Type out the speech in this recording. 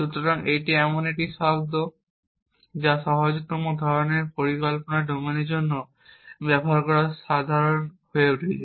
সুতরাং এটি এমন একটি শব্দ যা সহজতম ধরণের পরিকল্পনা ডোমেনের জন্য ব্যবহার করা সাধারণ হয়ে উঠেছে